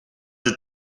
had